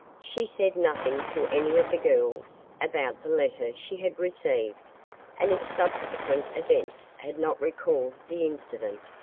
she said nothing to any of the girls about the letter she had received and if subsequent events had not recalled the incident,